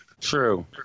True